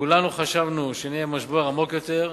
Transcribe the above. כולנו חשבנו שנהיה במשבר עמוק יותר,